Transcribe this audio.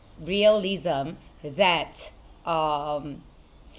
realism that um